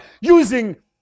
using